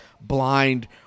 blind